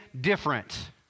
different